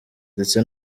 ndetse